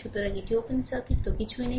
সুতরাং এটি open circuit তো কিছুই নেই